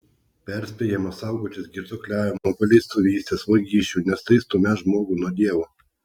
perspėjama saugotis girtuokliavimo paleistuvystės vagysčių nes tai stumią žmogų nuo dievo